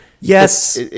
yes